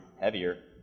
heavier